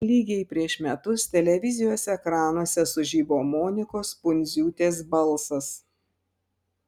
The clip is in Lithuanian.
lygiai prieš metus televizijos ekranuose sužibo monikos pundziūtės balsas